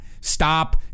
Stop